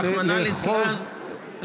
רחמנא ליצלן,